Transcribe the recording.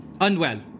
Unwell